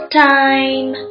time